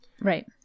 right